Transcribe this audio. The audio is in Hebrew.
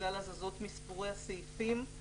בגלל הזזות מספורי הסעיפים.